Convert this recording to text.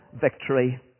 victory